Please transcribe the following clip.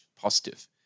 positive